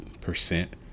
percent